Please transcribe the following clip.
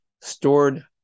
stored